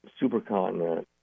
supercontinent